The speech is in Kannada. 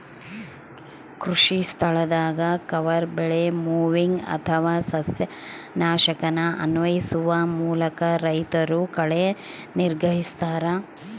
ಕೃಷಿಸ್ಥಳದಾಗ ಕವರ್ ಬೆಳೆ ಮೊವಿಂಗ್ ಅಥವಾ ಸಸ್ಯನಾಶಕನ ಅನ್ವಯಿಸುವ ಮೂಲಕ ರೈತರು ಕಳೆ ನಿಗ್ರಹಿಸ್ತರ